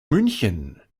münchen